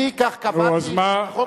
אני כך קבעתי, נו, אז מה?